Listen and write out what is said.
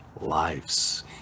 lives